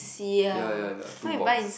ya ya ya two box